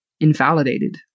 invalidated